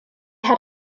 had